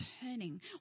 turning